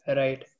right